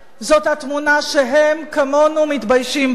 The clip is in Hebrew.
זאת התמונה שהם, כמונו, מתביישים בה.